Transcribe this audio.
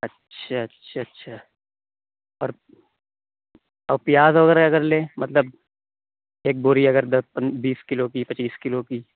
اچھا اچھا اچھا اور اور پیاز وغیرہ اگر لیں مطلب ایک بوری اگر دس بیس کلو کی پچیس کلو کی